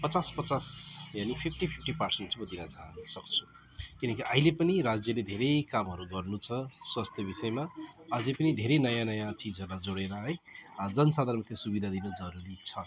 पचास पचास value fifty fifty percent चाहिँ म दिएर चाहान् सक्छु किनकि अहिले पनि राज्यले धेरै कामहरू गर्नुछ स्वास्थ्य विषयमा अझै पनि धेरै नयाँ नयाँ चिजहरूमा जोडेर है जनसाधारणको सुविधा दिनु जरुरी छ